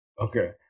Okay